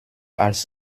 als